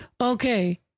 Okay